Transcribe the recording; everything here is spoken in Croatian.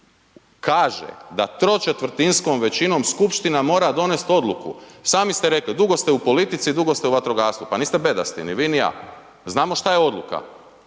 Kaže da tročetvrtinskom većinom skupština mora donijeti odluku. Sami ste rekli, dugo ste u politici, dugo ste u vatrogastvu, pa niste bedasti, ni vi ni ja. Znamo što je odluka.